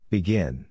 Begin